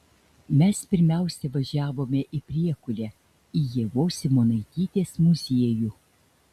mes pirmiausia važiavome į priekulę į ievos simonaitytės muziejų